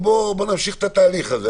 אני לא רוצה להמשיך את התהליך הזה.